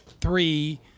three